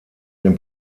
den